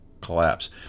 collapse